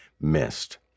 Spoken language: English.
missed